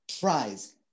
prize